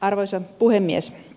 arvoisa puhemies